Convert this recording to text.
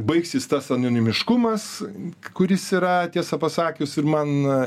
baigsis tas anonimiškumas kuris yra tiesą pasakius ir man